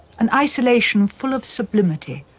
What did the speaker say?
an isolation full of sublimity,